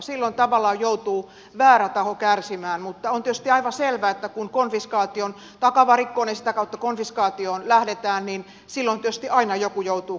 silloin tavallaan joutuu väärä taho kärsimään mutta on tietysti aivan selvää että kun takavarikkoon ja sitä kautta konfiskaatioon lähdetään niin silloin tietysti aina joku joutuu kärsimään